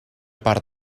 part